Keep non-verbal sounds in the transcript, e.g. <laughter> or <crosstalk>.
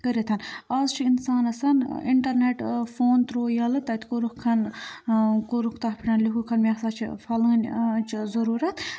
کٔرِتھ آز چھُ اِنسانَسَن اِنٹَرنٮ۪ٹ فون تھرٛوٗ یَلہٕ تَتہِ کوٚرُکھَن کوٚرُکھ تَتھ <unintelligible> لِہوٗکھَن مےٚ ہَسا چھِ پھَلٲنۍ چھِ ضٔروٗرت